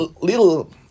Little